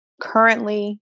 Currently